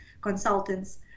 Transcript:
consultants